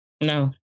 No